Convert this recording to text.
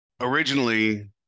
Originally